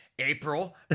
April